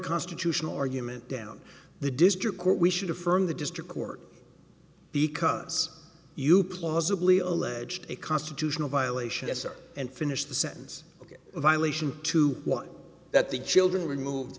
constitutional argument down the district court we should affirm the district court because you plausibly alleged a constitutional violation as are and finish the sentence ok violation to what that the children removed